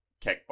kickbox